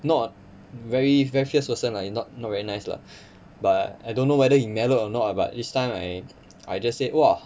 not a very very fierce person lah are not not very nice lah but I don't know whether he mellow or not but each time I I just said !wah!